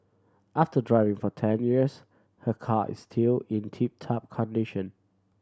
after driving for ten years her car is still in tip top condition